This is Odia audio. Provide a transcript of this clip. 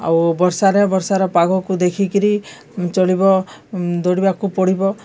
ଆଉ ବର୍ଷାରେ ବର୍ଷାର ପାଗକୁ ଦେଖିକିରି ଚଳିବ ଦୌଡ଼ିବାକୁ ପଡ଼ିବ